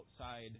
outside